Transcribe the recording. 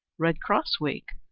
red cross week,